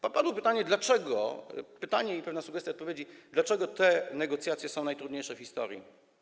Padło pytanie dlaczego - pytanie i pewna sugestia odpowiedzi - te negocjacje są najtrudniejsze w historii.